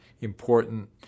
important